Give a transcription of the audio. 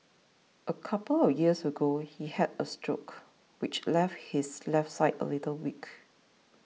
a couple of years ago he had a stroke which left his left side a little weak